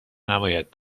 نباید